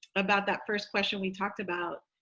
about that first question we talked about,